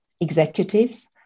executives